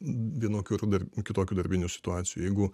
vienokių ar kitokių darbinių situacijų jeigu